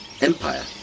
empire